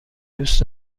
دوست